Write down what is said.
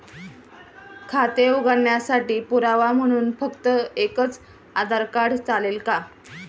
खाते उघडण्यासाठी पुरावा म्हणून फक्त एकच आधार कार्ड चालेल का?